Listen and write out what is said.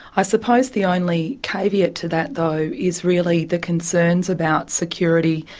i suppose the only caveat to that though is really the concerns about security,